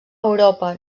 europa